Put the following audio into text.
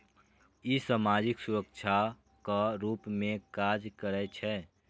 ई सामाजिक सुरक्षाक रूप मे काज करै छै